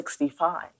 65